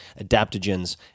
adaptogens